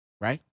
Right